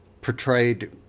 portrayed